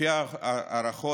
לפי הערכות,